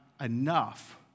enough